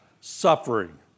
suffering